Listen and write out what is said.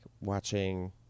watching